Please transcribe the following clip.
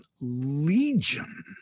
legion